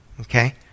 Okay